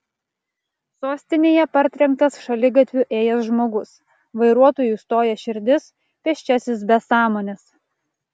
sostinėje partrenktas šaligatviu ėjęs žmogus vairuotojui stoja širdis pėsčiasis be sąmonės